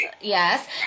yes